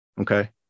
Okay